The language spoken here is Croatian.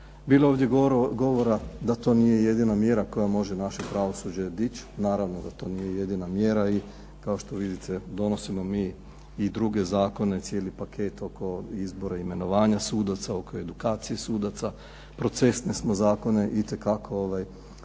Bilo je ovdje govora da to nije jedina mjera koja može naše pravosuđe dići. Naravno da to nije jednina mjera. Kao što vidite donosimo mi i druge zakone i cijeli paket oko izbora i imenovanja sudaca, oko edukacije sudaca, procesne smo zakone itekako